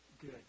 good